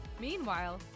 Meanwhile